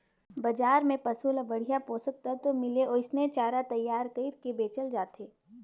बजार में पसु ल बड़िहा पोषक तत्व मिले ओइसने चारा तईयार कइर के बेचल जाथे